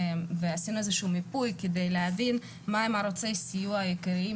ועשינו איזה שהוא מיפוי כדי להבין מה הם ערוצי הסיוע העיקריים